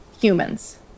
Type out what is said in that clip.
humans